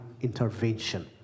intervention